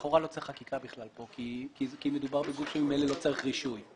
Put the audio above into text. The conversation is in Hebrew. לכאורה לא צריך חקיקה בכלל כי מדובר בגוף שממילא לא צריך רישוי.